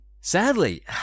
Sadly